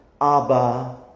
abba